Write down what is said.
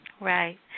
Right